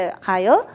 higher